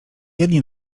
jedni